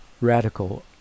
radical